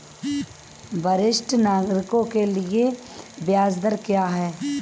वरिष्ठ नागरिकों के लिए ब्याज दर क्या हैं?